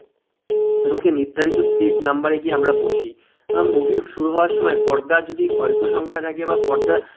ঢুকে নির্ধারিত সিট নম্বরে গিয়ে আমরা বসি মুভি শুরু হওয়ার সময় পর্দা যদি অল্প সংখ্যা থাকে বা পর্দা